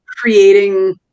creating